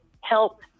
help